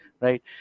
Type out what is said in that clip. right